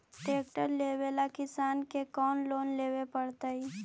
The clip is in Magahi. ट्रेक्टर लेवेला किसान के कौन लोन लेवे पड़तई?